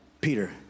Peter